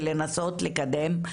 ולנסות לקדם,